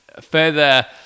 further